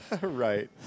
Right